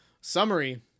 Summary